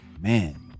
man